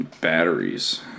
batteries